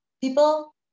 People